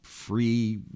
free